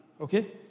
okay